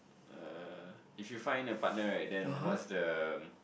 uh if you find a partner right then what's the